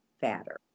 fatter